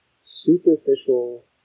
superficial